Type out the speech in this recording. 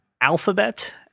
Alphabet